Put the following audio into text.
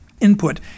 input